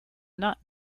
not